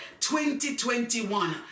2021